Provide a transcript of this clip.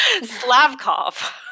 Slavkov